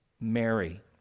Mary